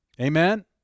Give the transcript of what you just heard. Amen